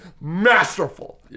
masterful